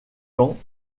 temps